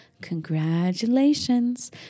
congratulations